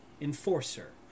Enforcer